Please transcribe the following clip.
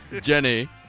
Jenny